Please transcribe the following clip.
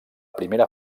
primera